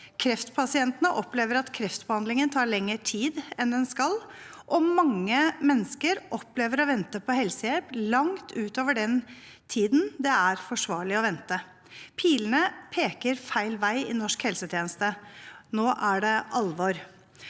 Kreftpasientene opplever at kreftbehandlingen tar lengre tid enn den skal, og mange mennesker opplever å vente på helsehjelp langt utover den tiden det er forsvarlig å vente. Pilene peker feil vei i norsk helsetjeneste. Nå er det alvor.